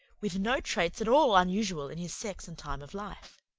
with no traits at all unusual in his sex and time of life.